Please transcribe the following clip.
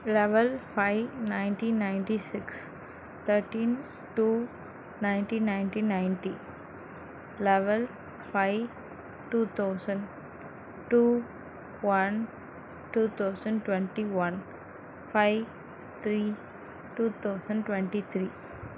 level five nineteen nineteen six thirteen two nineteen nineteen ninety level five two thousand two one two thousand twenty one five three two thousand twenty three